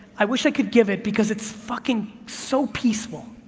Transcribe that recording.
i wish i could give it, because it's fucking, so peaceful,